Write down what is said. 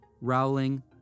Rowling